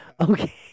okay